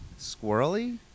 Squirrely